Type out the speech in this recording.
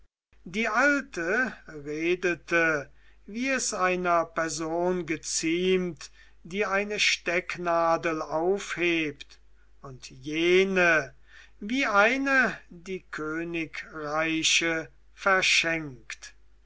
die alte redete wie es einer person geziemt die eine stecknadel aufhebt und jene wie eine die königreiche verschenkt